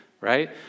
right